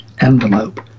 envelope